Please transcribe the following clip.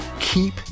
keep